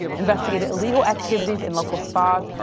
investigated illegal activities in local spas,